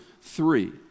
three